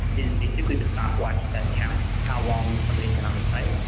is basically the stopwatch that counts how long somebody has been on the site.